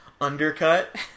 undercut